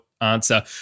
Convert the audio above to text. answer